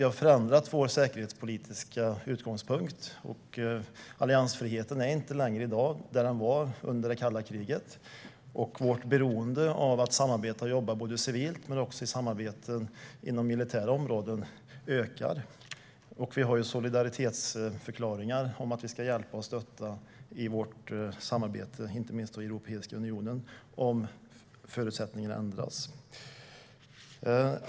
Vi har förändrat vår säkerhetspolitiska utgångspunkt. Alliansfriheten är inte längre densamma som under kalla kriget. Vårt beroende av att samarbeta, civilt och även inom militära områden, ökar. Vi har solidaritetsförklaringar om att vi inte minst i vårt samarbete inom Europeiska unionen ska hjälpa och stödja om förutsättningarna ändras.